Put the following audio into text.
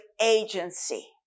agency